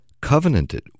covenanted